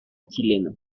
chileno